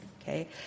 Okay